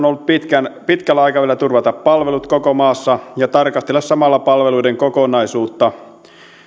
ollut pitkällä aikavälillä turvata palvelut koko maassa ja tarkastella samalla palveluiden kokonaisuutta